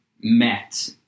met